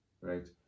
Right